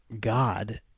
God